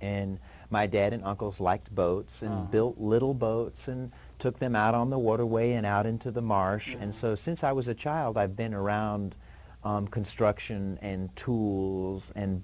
and my dad and uncles like boats built little boats and took them out on the waterway and out into the marsh and so since i was a child i've been around construction and tools and